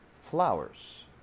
Flowers